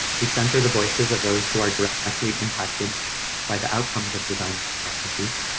we center the voices of those who are directly impacted by the outcomes of design processes.